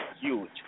huge